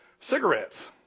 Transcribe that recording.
Cigarettes